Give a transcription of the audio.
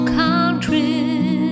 country